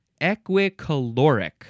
equicaloric